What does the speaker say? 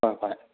ꯑꯥ ꯍꯣꯏ